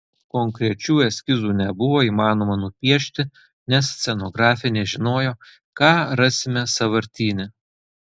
konkrečių eskizų nebuvo įmanoma nupiešti nes scenografė nežinojo ką rasime sąvartyne